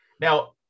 Now